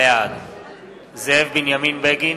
בעד זאב בנימין בגין,